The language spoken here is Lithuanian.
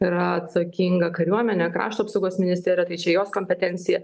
yra atsakinga kariuomenė krašto apsaugos ministerija tai čia jos kompetencija